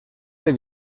del